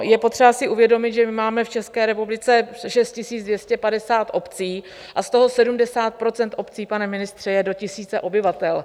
Je potřeba si uvědomit, že máme v České republice 6 250 obcí a z toho 70 % obcí, pane ministře, je do tisíce obyvatel.